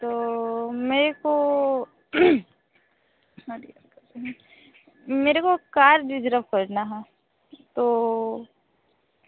तो मेरेको मेरेको कार रिज़रव करना है तो